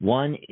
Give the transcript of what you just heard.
one